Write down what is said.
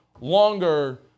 longer